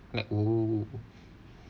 I'm like oh